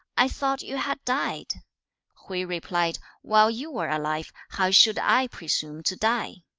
i thought you had died hui replied, while you were alive, how should i presume to die